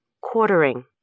quartering